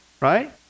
right